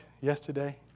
yesterday